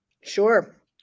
Sure